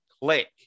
click